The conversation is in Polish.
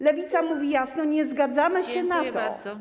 Lewica mówi jasno: nie zgadzamy się na to.